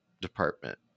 department